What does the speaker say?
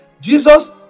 Jesus